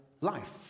life